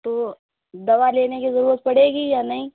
تو دوا لینے کی ضرورت پڑے گی یا نہیں